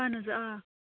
اَہَن حظ آ